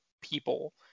people